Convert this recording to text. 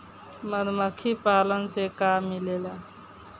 मधुमखी पालन से का मिलेला?